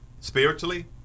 spiritually